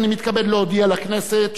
אני מתכבד להודיע לכנסת,